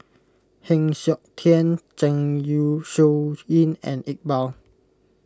Heng Siok Tian Zeng Shouyin and Iqbal